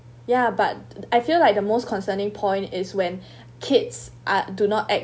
ya but I feel like the most concerning point is when kids are do not act